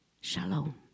shalom